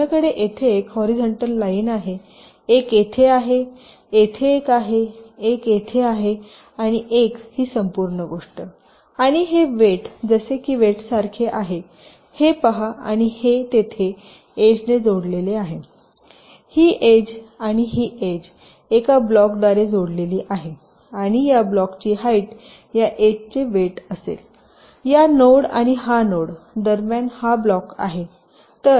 माझ्याकडे येथे एक हॉरीझॉन्टल लाईन आहे एक येथे आहे येथे एक आहे एक येथे आहे आणि एक ही संपूर्ण गोष्ट आणि हे वेट जसे की वेटसारखे आहे हे पहा आणि हे तेथे एजने जोडलेले आहेही एजआणि ही एज एका ब्लॉकद्वारे जोडलेली आहे आणि या ब्लॉकची हाईट या एजचे वेट असेल या नोड आणि हा नोड दरम्यान हा ब्लॉक आहे